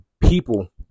people